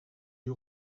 lui